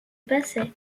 passait